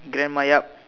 grandma ya